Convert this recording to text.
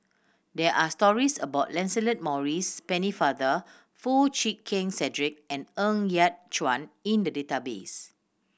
there are stories about Lancelot Maurice Pennefather Foo Chee Keng Cedric and Ng Yat Chuan in the database